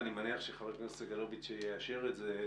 ואני מניח שחבר הכנסת סגלוביץ' יאשר את זה,